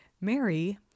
Mary